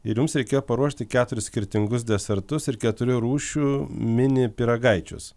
ir jums reikėjo paruošti keturis skirtingus desertus ir keturių rūšių mini pyragaičius